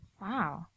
wow